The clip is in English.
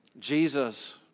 Jesus